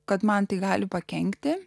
kad man tai gali pakenkti